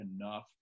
enough